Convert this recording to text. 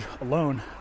alone